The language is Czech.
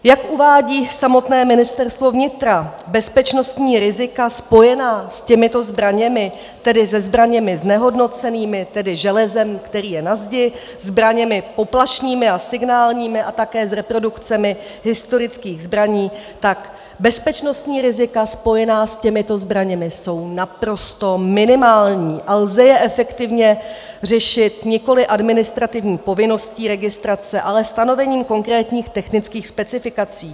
Jak uvádí samotné Ministerstvo vnitra, bezpečnostní rizika spojená s těmito zbraněmi, tedy se zbraněmi znehodnocenými, tedy s železem, které je na zdi, zbraněmi poplašnými a signálními a také s reprodukcemi historických zbraní, tak bezpečnostní rizika spojená s těmito zbraněmi jsou naprosto minimální a lze je efektivně řešit nikoliv administrativní povinností registrace, ale stanovením konkrétních technických specifikací.